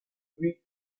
greek